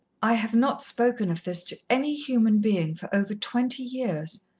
i have not spoken of this to any human being for over twenty years,